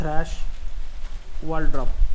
trash wall drop